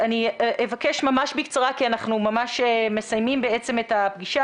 אבקש ממש בקצרה כי אנחנו מסיימים את הפגישה.